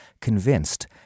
convinced